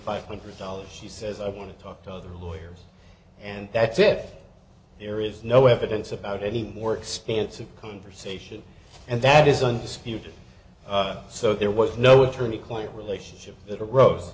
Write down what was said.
five hundred dollars she says i want to talk to other lawyers and that's it there is no evidence about any more extensive conversation and that is undisputed so there was no attorney client relationship that aro